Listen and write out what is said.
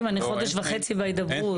חברים, אני חודש וחצי בהידברות.